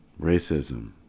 racism